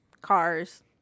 Cars